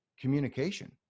communication